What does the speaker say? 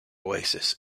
oasis